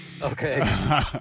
okay